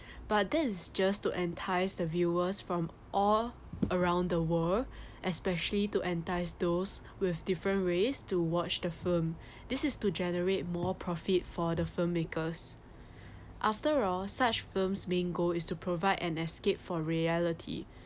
but this is just to entice the viewers from all around the world especially to entice those with different race to watch the film this is to generate more profit for the filmmakers after all such firms main goal is to provide an escape for reality